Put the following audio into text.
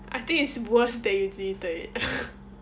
I think it's worse that you deleted it